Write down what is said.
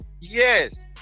Yes